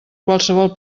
qualsevol